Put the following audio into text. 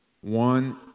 one